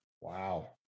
Wow